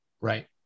right